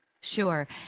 Sure